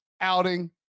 outing